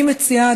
אני מציעה,